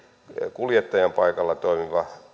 kuljettajan paikalla toimiva